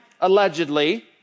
allegedly